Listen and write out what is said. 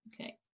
Okay